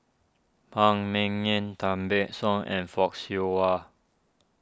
Phan Ming Yen Tan Ban Soon and Fock Siew Wah